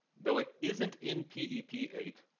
though it isn't in p e p eight,